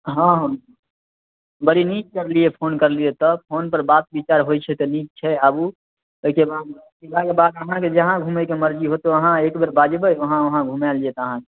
हँ हँ बड़ी नीक करलियै फोन करलियै तऽ फोनपर बात बिचार होइ छै तऽ नीक छै आबु एहिके बाद सुवधाके बात आहाँके जहाँ घुमैके मर्जी होत आहाँ एकबेर बाजबै वहाँ वहाँ घुमायल जायत आहाँके